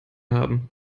haben